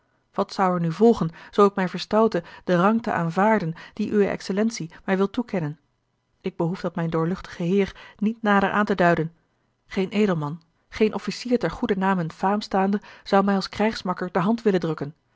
wat zou er nu volgen zoo ik mij verstoutte den rang te aanvaarden dien uwe excellentie mij wil toekennen ik behoef dat mijn doorluchtigen heere niet nader aan te duiden geen edelman geen officier ter goeder naam en faam staande zou mij als krijgsmakker de hand willen drukken